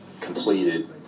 completed